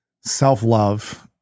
self-love